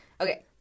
Okay